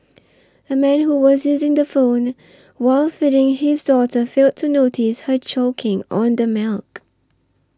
a man who was using the phone while feeding his daughter failed to notice her choking on the milk